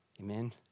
Amen